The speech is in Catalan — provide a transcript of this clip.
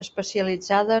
especialitzada